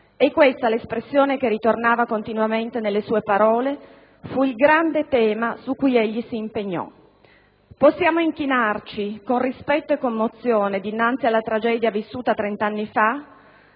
è questa l'espressione che ritornava continuamente nella sue parole e che fu il grande tema su cui egli si impegnò. Possiamo inchinarci con rispetto e commozione dinanzi alla tragedia vissuta trent'anni fa